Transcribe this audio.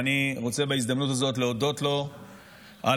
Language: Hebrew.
ואני רוצה בהזדמנות הזאת להודות לו על